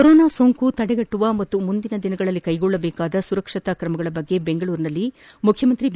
corona ಸೋಂಕು ತಡೆಗಟ್ಟುವ ಹಾಗೂ ಮುಂದಿನ ದಿನಗಳಲ್ಲಿ ಕೈಗೊಳ್ಳಬೇಕಾದ ಸುರಕ್ಷತಾ ತ್ರಮ ಕುರಿತು ಬೆಂಗಳೂರಿನಲ್ಲಿ ಮುಖ್ಯಮಂತ್ರಿ ಬಿ